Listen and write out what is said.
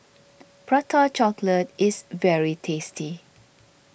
Prata Chocolate is very tasty